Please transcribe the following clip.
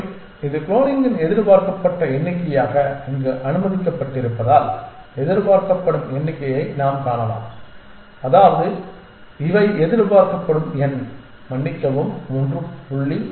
மேலும் இது குளோனிங்கின் எதிர்பார்க்கப்பட்ட எண்ணிக்கையாக இங்கு அனுமதிக்கப்பட்டிருப்பதால் எதிர்பார்க்கப்படும் எண்ணிக்கையை நாம் காணலாம் அதாவது இவை எதிர்பார்க்கப்படும் எண் மன்னிக்கவும் 1